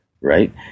right